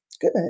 Good